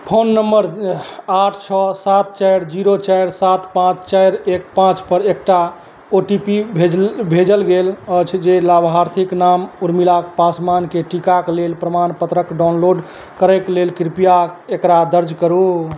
phone नम्मर आठ छओ सात चारि जीरो चारि सात पाँच चारि एक पाँचपर एकटा ओ टी पी भेजल भेजल गेल अछि जे लाभार्थीक नाम उर्मिलाक पासमानके टीकाक लेल प्रमाणपत्रक डाउनलोड करयके लेल कृपया एकरा दर्ज करू